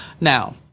Now